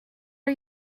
are